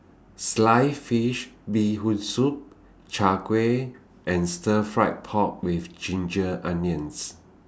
Sliced Fish Bee Hoon Soup Chai Kuih and Stir Fry Pork with Ginger Onions